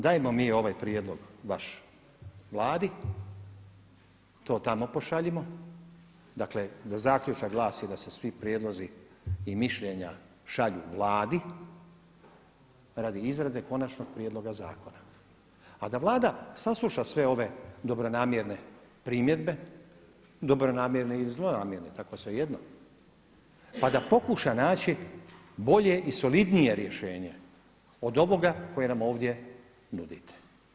Dajemo mi ovaj prijedlog vaš Vladi, to tamo pošaljimo, dakle da zaključak glasi da se svi prijedlozi i mišljenja šalju Vladi radi izrade konačnog prijedloga zakona, a da Vlada sasluša sve ove dobronamjerne primjedbe, dobronamjerne i zlonamjerne tako svejedno, a da pokuša naći bolje i solidnije rješenje od ovoga koje nam ovdje nudite.